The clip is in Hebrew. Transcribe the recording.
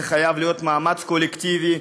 זה חייב להיות מאמץ קולקטיבי,